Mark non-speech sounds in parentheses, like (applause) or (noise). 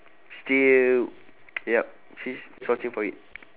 still (noise) yup still searching for it